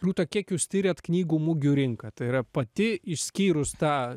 rūta kiek jūs tiriat knygų mugių rinką tai yra pati išskyrus tą